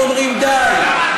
אנחנו אומרים די.